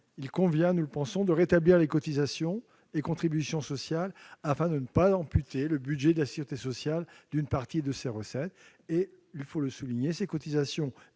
Il convient, nous le pensons, de rétablir les cotisations et contributions sociales, afin de ne pas amputer le budget de la sécurité sociale d'une partie de ses recettes. Il faut le souligner, ces cotisations